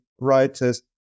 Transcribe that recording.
writers